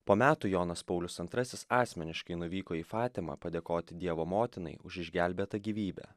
po metų jonas paulius antrasis asmeniškai nuvyko į fatimą padėkoti dievo motinai už išgelbėtą gyvybę